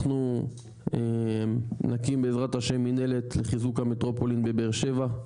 אנחנו נקים בעזרת ה' מנהלת לחיזוק המטרופולין בבאר שבע,